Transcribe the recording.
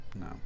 no